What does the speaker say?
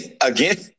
Again